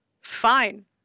Fine